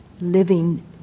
Living